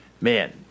Man